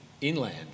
inland